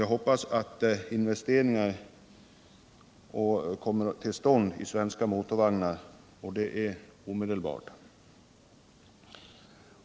Jag hoppas att investeringar i svenska motorvagnar kommer till stånd, och det omedelbart.